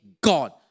God